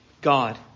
God